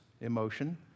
emotion